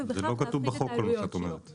ובכך להקטין את העלויות שלו.